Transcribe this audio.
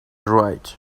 right